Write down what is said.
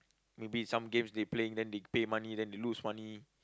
maybe some games they playing then they pay money then they lose money